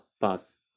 Pass